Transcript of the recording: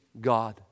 God